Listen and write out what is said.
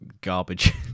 garbage